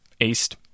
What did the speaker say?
east